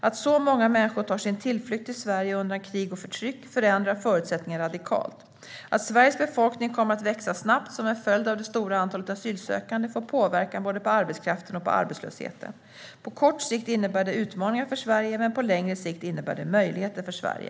Att så många människor tar sin tillflykt till Sverige undan krig och förtryck förändrar förutsättningarna radikalt. Att Sveriges befolkning kommer att växa snabbt som en följd av det stora antalet asylsökande får påverkan både på arbetskraften och på arbetslösheten. På kort sikt innebär det utmaningar för Sverige, men på längre sikt innebär det möjligheter för Sverige.